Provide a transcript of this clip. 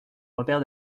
repaire